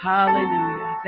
Hallelujah